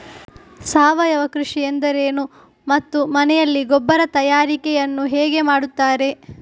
ಸಾವಯವ ಕೃಷಿ ಎಂದರೇನು ಮತ್ತು ಮನೆಯಲ್ಲಿ ಗೊಬ್ಬರ ತಯಾರಿಕೆ ಯನ್ನು ಹೇಗೆ ಮಾಡುತ್ತಾರೆ?